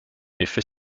effet